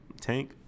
tank